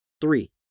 Three